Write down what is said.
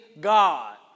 God